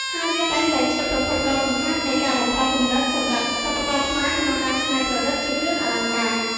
ហើយវាតែងតែជាប្រភពដ៏សំខាន់នៃការបំផុសគំនិតសម្រាប់សិប្បករខ្មែរក្នុងការច្នៃប្រឌិតជាគ្រឿងអលង្ការ។